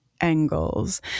angles